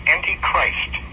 Antichrist